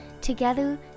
Together